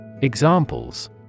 Examples